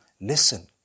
listen